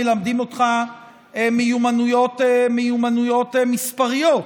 מלמדים אותך מיומנויות מספריות.